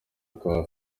akaba